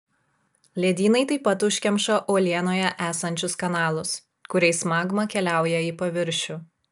ledynai taip pat užkemša uolienoje esančius kanalus kuriais magma keliauja į paviršių